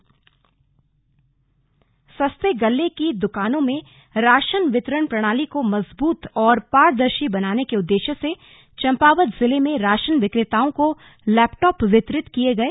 वितरण सरकारी सस्ता गल्ला की दुकानों में राशन वितरण प्रणाली को मजबूत और पारदर्शी बनाने के उद्देश्य से चम्पावत जिले में राशन विक्रेताओं को लेपटॉप वितरित किए गए